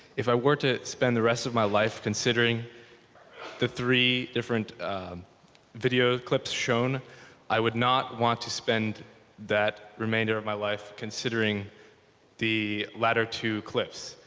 if i were to spend the rest of my life considering the three different video clips shown i would not want to spend that remainder of my life considering the latter two clips.